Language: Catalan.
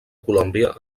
colòmbia